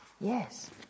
Yes